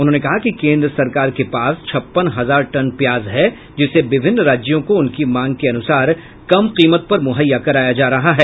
उन्होंने कहा कि केन्द्र सरकार के पास छप्पन हजार टन प्याज है जिसे विभिन्न राज्यो को उनकी मांग के अनुसार कम कीमत पर मुहैया कराया जा रहा है